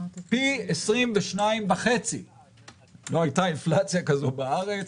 פי 22.5. לא היתה אינפלציה כזו בארץ,